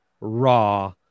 raw